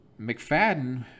mcfadden